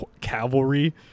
cavalry